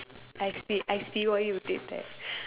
I see I see what you did there